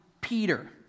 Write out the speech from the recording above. Peter